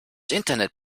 internet